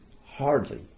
hardly